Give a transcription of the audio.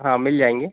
हाँ मिल जाऍंगे